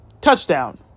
Touchdown